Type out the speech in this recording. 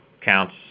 counts